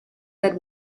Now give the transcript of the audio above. that